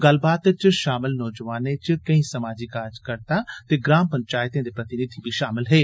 गल्लबात च शामल नोजवाने च केई समाजी कार्जकर्ता ते ग्रां पंचायतें दे प्रतिनिधि बी शामल हे